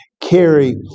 carry